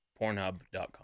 Pornhub.com